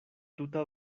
tuta